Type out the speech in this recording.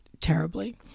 terribly